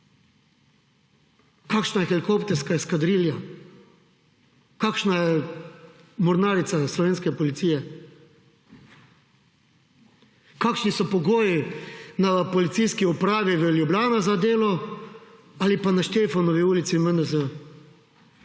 Kakšna je helikopterska eskadrilja? Kakšna je mornarica slovenske policije? Kakšni so pogoji na policijski upravi Ljubljani za delo ali pa na Štefanovi ulici MNZ?